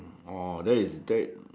oh that is that